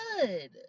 good